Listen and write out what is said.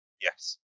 Yes